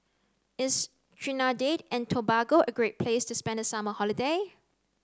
is Trinidad and Tobago a great place to spend the summer holiday